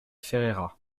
ferreira